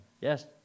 Yes